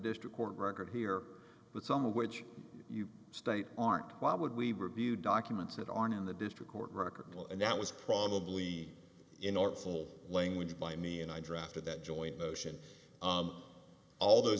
district court record here with some of which you state aren't why would we review documents that aren't in the district court record well and that was probably in article language by me and i drafted that joint motion all those